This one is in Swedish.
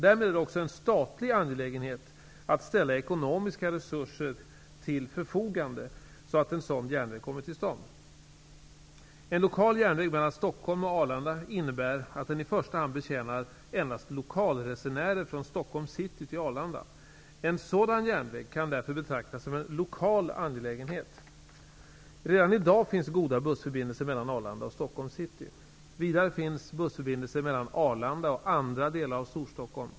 Därmed är det också en statlig angelägenhet att ställa ekonomiska resurser till förfogande så att en sådan järnväg kommer till stånd. En lokal järnväg mellan Stockholm och Arlanda innebär att den i första hand betjänar endast lokalresenärer från Stockholms city till Arlanda. En sådan järnväg kan därför betraktas som en lokal angelägenhet. Redan i dag finns goda bussförbindelser mellan Arlanda och Stockholms city. Vidare finns bussförbindelser mellan Arlanda och andra delar av Storstockholm.